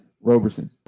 Roberson